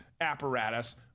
apparatus